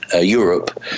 europe